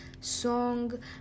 song